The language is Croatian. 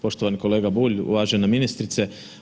Poštovani kolega Bulj, uvažena ministrice.